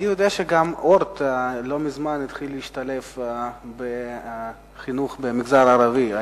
אני יודע שגם "אורט" התחיל לא מזמן להשתלב בחינוך במגזר הערבי.